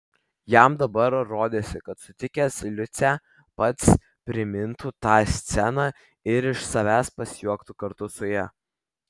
jam dabar rodėsi kad sutikęs liucę pats primintų tą sceną ir iš savęs pasijuoktų kartu su ja